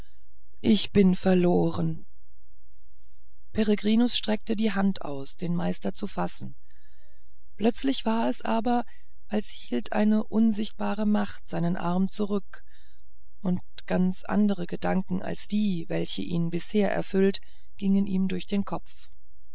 ich bin verloren peregrinus streckte die hand aus den meister zu fassen plötzlich war es aber als hielte eine unsichtbare macht seinen arm zurück und ganz andere gedanken als die welche ihn bis jetzt erfüllt gingen ihm durch den kopf